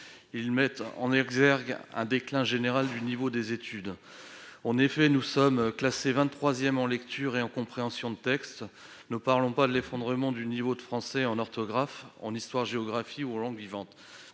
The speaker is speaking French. Il met en exergue un déclin général du niveau des études. En effet, nous sommes classés au 23 rang pour la lecture et la compréhension de texte. Ne parlons pas de l'effondrement du niveau en français, en orthographe, en histoire-géographie ou en langues vivantes